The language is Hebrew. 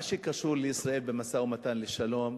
מה שקשור לישראל במשא-ומתן לשלום,